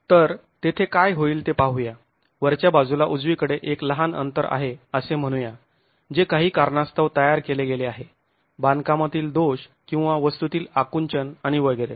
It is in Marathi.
तर तेथे काय होईल ते पाहूया वरच्या बाजूला उजवीकडे एक लहान अंतर आहे असे म्हणूया जे काही कारणास्तव तयार केले गेले आहे बांधकामातील दोष किंवा वस्तूतील आकुंचन आणि वगैरे